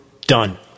Done